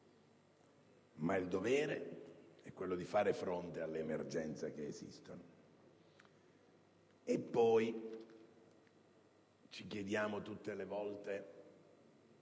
Ma il dovere è quello di fare fronte alle emergenze esistenti. E poi ci chiediamo tutte le volte